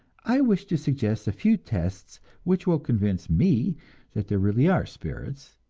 i wish to suggest a few tests which will convince me that there really are spirits,